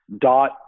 dot